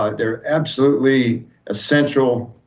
ah they're absolutely essential,